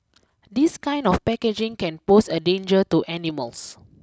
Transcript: this kind of packaging can pose a danger to animals